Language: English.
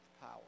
power